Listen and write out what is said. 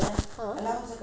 he won't cut